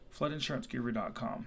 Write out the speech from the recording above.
FloodInsuranceGuru.com